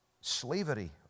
slavery